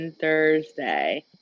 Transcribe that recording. Thursday